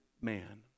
man